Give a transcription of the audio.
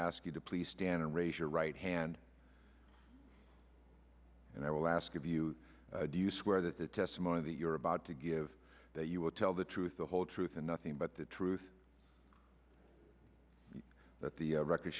ask you to please stand and raise your right hand and i will ask of you do you swear that the testimony that you're about to give that you will tell the truth the whole truth and nothing but the truth that the record